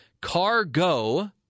Cargo –